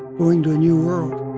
going to a new world